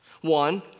One